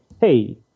hey